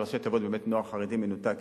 שראשי התיבות שלה זה באמת נוער חרדי מנותק,